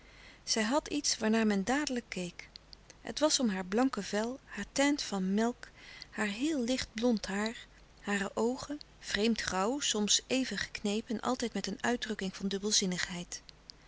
zij had iets waarnaar men dadelijk keek het was om haar blanke vel haar teint van melk haar heel licht blond haar hare oogen vreemd grauw soms even geknepen en altijd met een uitdrukking van dubbelzinnigheid